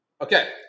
Okay